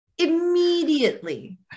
Immediately